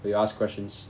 they ask questions